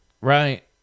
right